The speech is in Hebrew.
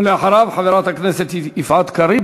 ואחריו, חברת הכנסת יפעת קריב.